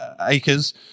acres